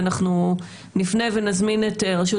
ואנחנו נפנה ונזמין את רשות